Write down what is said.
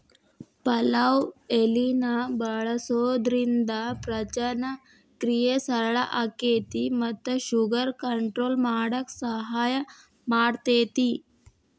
ಪಲಾವ್ ಎಲಿನ ಬಳಸೋದ್ರಿಂದ ಪಚನಕ್ರಿಯೆ ಸರಳ ಆಕ್ಕೆತಿ ಮತ್ತ ಶುಗರ್ ಕಂಟ್ರೋಲ್ ಮಾಡಕ್ ಸಹಾಯ ಮಾಡ್ತೆತಿ